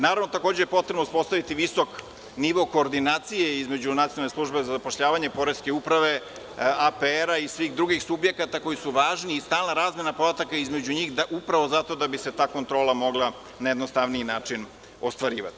Naravno, takođe je potrebno uspostaviti visok nivo koordinacije između Nacionalne službe za zapošljavanje i poreske uprave, APR-a i svih drugih subjekata koji su važni i stalna razmena podataka između njih upravo zato da bi se ta kontrola mogla na jednostavniji način ostvarivati.